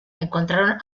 encontraron